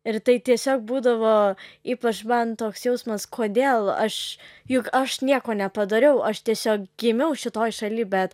ir tai tiesiog būdavo ypač man toks jausmas kodėl aš juk aš nieko nepadariau aš tiesiog gimiau šitoj šaly bet